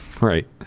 Right